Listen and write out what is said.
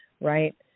right